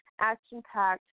action-packed